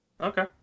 Okay